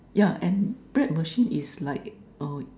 yeah and bread machine is like uh